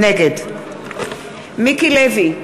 נגד מיקי לוי,